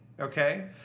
Okay